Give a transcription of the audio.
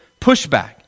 pushback